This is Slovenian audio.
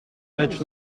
več